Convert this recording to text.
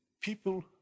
people